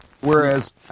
Whereas